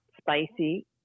spicy